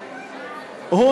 כנראה,